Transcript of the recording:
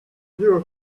your